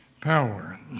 power